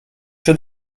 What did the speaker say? czy